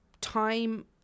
time